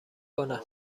کنم